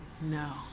no